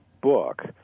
book